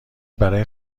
برای